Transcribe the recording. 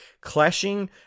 clashing